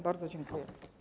Bardzo dziękuję.